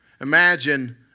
Imagine